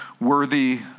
worthy